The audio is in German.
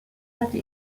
hatte